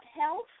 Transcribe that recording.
health